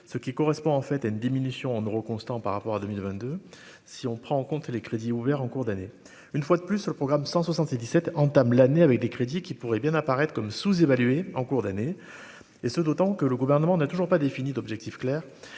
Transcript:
ce qui correspond en fait à une diminution en euros constants par rapport à 2022 si on prend en compte les crédits ouverts en cours d'année, une fois de plus sur le programme 177 entame l'année avec des crédits qui pourrait bien apparaître comme sous-évalué en cours d'année, et ce d'autant que le gouvernement n'a toujours pas défini d'objectifs clairs